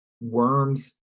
worms